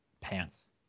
pants